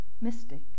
mystic